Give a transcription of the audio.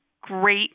great